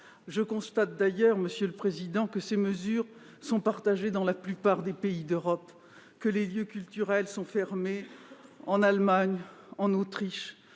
Je constate d'ailleurs que celles-ci sont partagées dans la plupart des pays d'Europe, que les lieux culturels sont fermés en Allemagne, en Autriche,